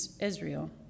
Israel